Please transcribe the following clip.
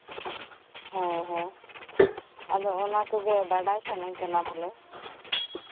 ᱦᱮᱸ ᱦᱮᱸ ᱟᱫᱚ ᱚᱱᱟ ᱠᱚᱜᱮ ᱵᱟᱰᱟᱭ ᱥᱟᱱᱟᱧ ᱠᱟᱱᱟ ᱵᱚᱞᱮ